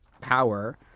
power